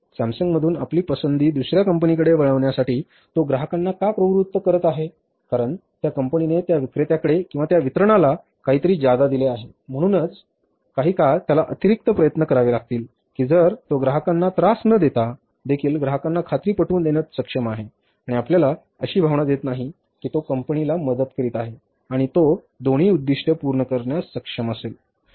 Samsung मधून आपली पसंती दुसर्या कंपनीकडे वळवण्यासाठी तो ग्राहकांना का प्रवृत्त करतो आहे कारण त्या कंपनीने त्या विक्रेत्याकडे किंवा त्या वितरकाला काहीतरी जादा दिले आहे आणि म्हणूनच काही काळ त्याला अतिरिक्त प्रयत्न करावे लागतील की जर तो ग्राहकांना त्रास न देता देखील ग्राहकांना खात्री पटवून देण्यात सक्षम आहे आणि आपल्याला अशी भावना देत नाही की तो कंपनीला मदत करीत आहे आणि तो दोन्ही उद्दीष्टे पूर्ण करण्यास सक्षम असेल